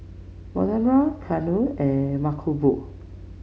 Manohar Ketna and Mankombu